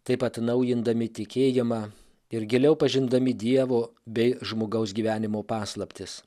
taip atnaujindami tikėjimą ir giliau pažindami dievo bei žmogaus gyvenimo paslaptis